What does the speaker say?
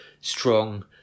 strong